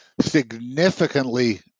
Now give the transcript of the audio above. significantly